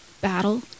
battle